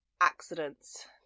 accidents